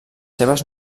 seves